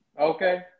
Okay